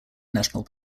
national